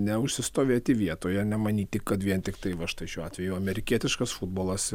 neužsistovėti vietoje nemanyti kad vien tiktai va štai šiuo atveju amerikietiškas futbolas